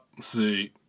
see